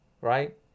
right